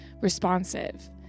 responsive